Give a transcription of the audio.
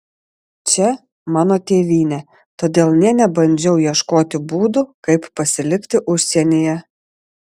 čia mano tėvynė todėl nė nebandžiau ieškoti būdų kaip pasilikti užsienyje